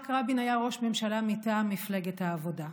יצחק רבין היה ראש ממשלה מטעם מפלגת העבודה.